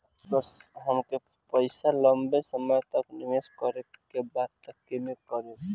अगर हमके पईसा लंबे समय तक निवेश करेके बा त केमें करों?